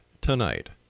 tonight